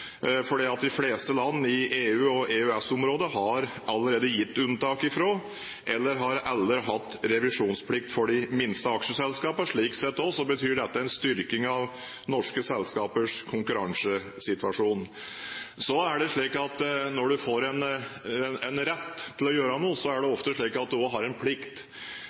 rammevilkårene også for de minste selskapene blir tilpasset den internasjonale utviklingen. De fleste land i EU og i EØS-området har allerede gitt unntak fra eller har aldri hatt revisjonsplikt for de minste aksjeselskapene. Slik sett betyr dette også en styrking av norske selskapers konkurransesituasjon. Når du får en rett til å gjøre noe, er det ofte slik at du også har en plikt,